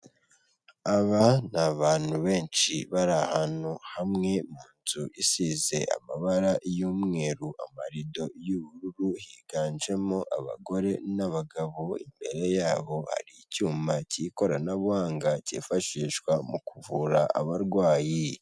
Aba ni abantu benshi bari ahantu hamwe mu nzu isize amabara y'umweru, amarido y'ubururu, higanjemo abagore n'abagabo, imbere yabo ari icyuma cy'ikoranabuhanga cyifashishwa mu kuvura abarwayi.